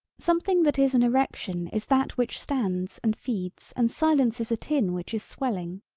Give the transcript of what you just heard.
something that is an erection is that which stands and feeds and silences a tin which is swelling.